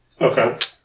Okay